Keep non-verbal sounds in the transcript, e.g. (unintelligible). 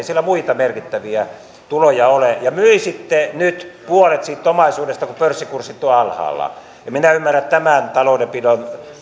(unintelligible) siellä muita merkittäviä tuloja ole ja myisitte nyt puolet siitä omaisuudesta kun pörssikurssit ovat alhaalla en minä ymmärrä tämän taloudenpidon